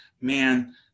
man